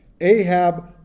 Ahab